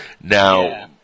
Now